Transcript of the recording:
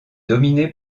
dominée